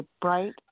bright